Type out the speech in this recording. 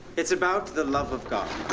it's about the love of god.